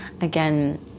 again